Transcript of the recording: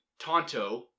Tonto